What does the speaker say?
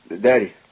Daddy